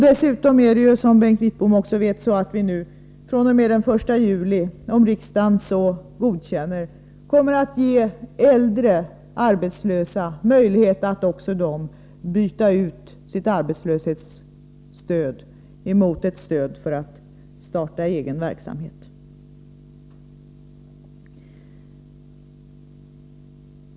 Dessutom, vilket Bengt Wittbom också vet, kommer vi att fr.o.m. den 1 juli — om riksdagen så godkänner — också ge äldre arbetslösa möjlighet att byta ut sitt arbetslöshetsstöd mot ett stöd för att starta egen verksamhet.